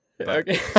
okay